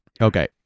Okay